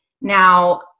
Now